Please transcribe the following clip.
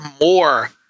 more